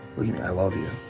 i love you.